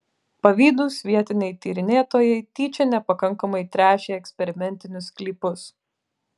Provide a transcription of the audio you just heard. pavydūs vietiniai tyrinėtojai tyčia nepakankamai tręšė eksperimentinius sklypus